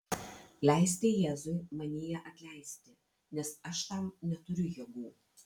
leisti jėzui manyje atleisti nes aš tam neturiu jėgų